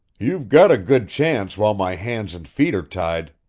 you've got a good chance while my hands and feet are tied,